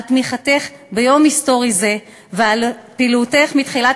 על תמיכתך ביום היסטורי זה ועל פעילותך מתחילת